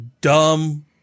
dumb